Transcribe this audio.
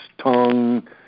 tongue